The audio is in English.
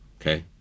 okay